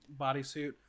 bodysuit